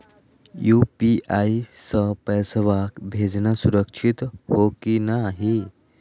UPI स पैसवा भेजना सुरक्षित हो की नाहीं?